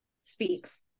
speaks